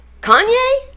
Kanye